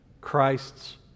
Christ's